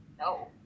No